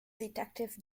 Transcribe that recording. detective